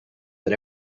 but